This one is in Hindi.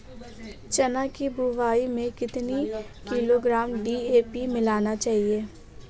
चना की बुवाई में कितनी किलोग्राम डी.ए.पी मिलाना चाहिए?